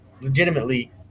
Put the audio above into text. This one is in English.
legitimately